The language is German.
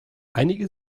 einige